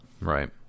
right